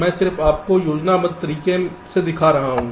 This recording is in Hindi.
मैं सिर्फ आपको योजनाबद्ध तरीके से दिखा रहा हूं